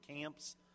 camps